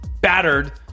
battered